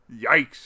yikes